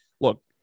look